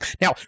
Now